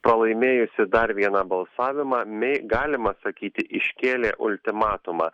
pralaimėjusi dar vieną balsavimą mei galima sakyti iškėlė ultimatumą